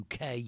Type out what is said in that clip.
UK